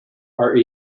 are